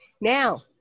Now